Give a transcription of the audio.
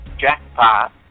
jackpot